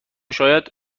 شاید